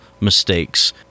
mistakes